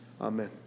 Amen